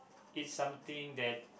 it's something that